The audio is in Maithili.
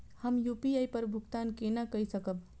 हम यू.पी.आई पर भुगतान केना कई सकब?